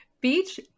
Beach